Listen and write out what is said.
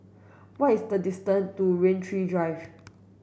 what is the distance to Rain Tree Drive